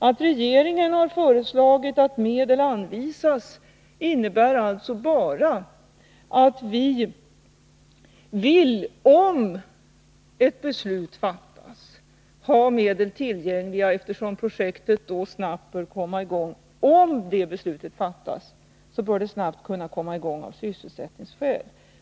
Att regeringen har föreslagit att medel anvisas innebär alltså bara att vi vill ha medel tillgängliga, eftersom projektet, om beslutet fattas, bör kunna komma i gång snabbt av sysselsättningsskäl.